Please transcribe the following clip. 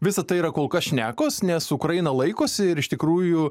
visa tai yra kol kas šnekos nes ukraina laikosi ir iš tikrųjų